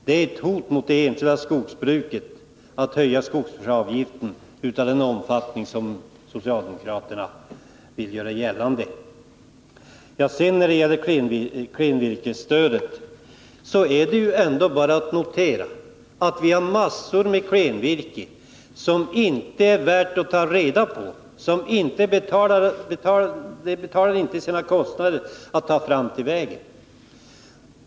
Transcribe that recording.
Det är ett hot mot det enskilda skogsbruket att höja skogsvårdsavgiften i den omfattning som socialdemokraterna vill göra det. I fråga om klenvirkesstödet är det bara att notera att vi har massor med klenvirke som inte är värt att ta vara på. Man får inte ens täckning för vad det kostar att ta virket till vägen.